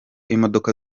imodoka